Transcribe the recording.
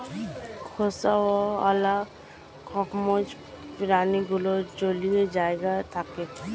খোসাওয়ালা কম্বোজ প্রাণীগুলো জলীয় জায়গায় থাকে